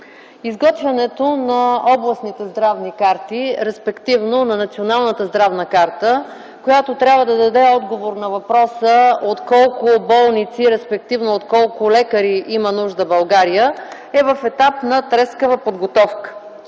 Изготвянето на областните здравни карти, респективно на Националната здравна карта, която трябва да даде отговор на въпроса от колко болници, респективно от колко лекари има нужда България, е в етап на трескава подготовка.